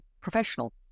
professional